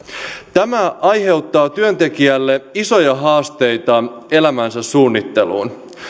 tämä aiheuttaa työntekijälle isoja haasteita elämänsä suunnitteluun